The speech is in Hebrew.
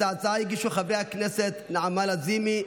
את ההצעות הגישו חברי הכנסת נעמה לזימי,